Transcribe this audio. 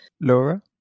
Laura